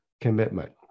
commitment